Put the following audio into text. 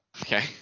Okay